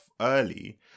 early